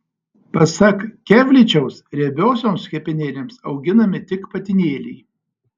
pasak kevličiaus riebiosioms kepenėlėms auginami tik patinėliai